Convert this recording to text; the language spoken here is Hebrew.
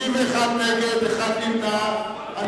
31 נגד, נמנע אחד.